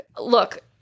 look